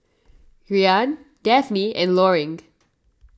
Rian Dafne and Loring